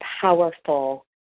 powerful